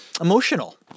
emotional